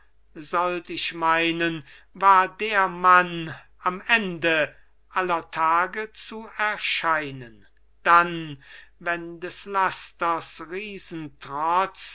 sollt ich meinen war der mann am ende aller tage zu erscheinen dann wann des